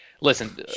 Listen